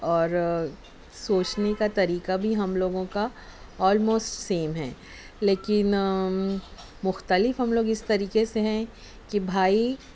اور سوچنے کا طریقہ بھی ہم لوگوں کا آلموسٹ سیم ہے لیکن مختلف ہم لوگ اس طریقے سے ہیں کہ بھائی